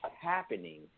happening